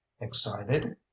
excited